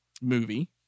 movie